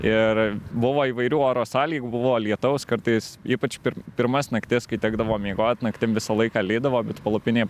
ir buvo įvairių oro sąlygų buvo lietaus kartais ypač per pirmas naktis kai tekdavo miegot naktim visą laiką lydavo bet palapinė